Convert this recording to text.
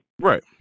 Right